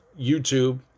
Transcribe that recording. YouTube